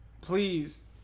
Please